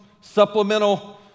supplemental